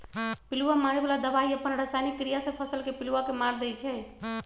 पिलुआ मारे बला दवाई अप्पन रसायनिक क्रिया से फसल के पिलुआ के मार देइ छइ